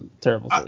terrible